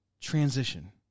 transition